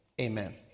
Amen